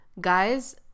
Guys